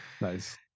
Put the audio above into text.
Nice